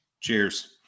cheers